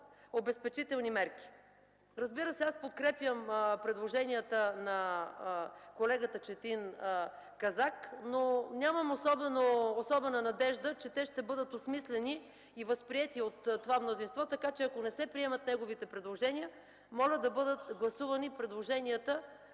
обезпечителни мерки. Разбира се, аз подкрепям предложенията на колегата Четин Казак, но нямам особена надежда, че те ще бъдат осмислени и възприети от това мнозинство, така че ако не се приемат неговите предложения, моля да бъдат гласувани предложенията,